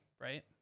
right